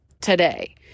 today